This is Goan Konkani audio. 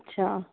अच्छा